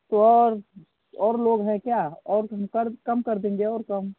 तो और और लोग हैं क्या और कम कर कम देंगे और कम